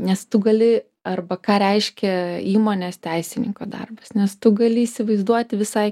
nes tu gali arba ką reiškia įmonės teisininko darbas nes tu gali įsivaizduoti visai